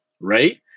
right